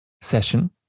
session